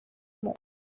more